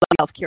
healthcare